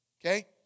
okay